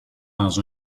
dans